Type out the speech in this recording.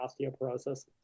osteoporosis